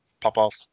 pop-off